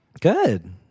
good